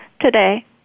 today